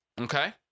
Okay